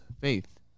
faith